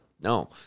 No